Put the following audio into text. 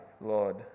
Lord